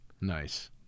Nice